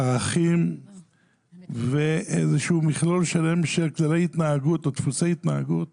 ערכים ואיזשהו מכלול שלם של כללי התנהגות או דפוסי התנהגות